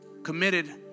Committed